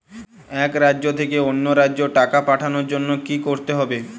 এক রাজ্য থেকে অন্য রাজ্যে টাকা পাঠানোর জন্য কী করতে হবে?